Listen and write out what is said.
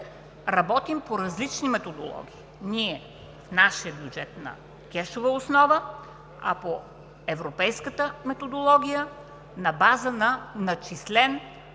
работим по различни методологии. Ние в нашия бюджет на кешова основа, а по Европейската методология на база на начислен разход.